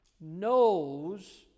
knows